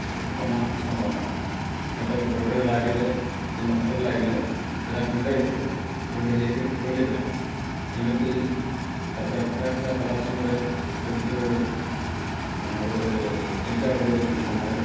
ସେ ପୋକ ନାଁ ହେଉଛି ସଁବାଳୁଆ ସେ'ଟା ଗୋଡ଼ରେ ଲାଗିଲେ କିମ୍ବା ହାତରେ ଲାଗିଲେ ସେଇଟା କୁଣ୍ଡେଇ ହୁଏ କୁଣ୍ଡେଇ ହୋଇକରି ଫୁଲି ଯାଏ ଏମିତି ତା'ପରେ ଭଟା ଖୋଷା କଲା ସମୟରେ ସେ ଭିତରୁ ଗୋଟିଏ କେଞ୍ଚୁଆ ଗୋଟିଏ ବାହାରେ